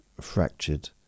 Fractured